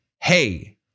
hey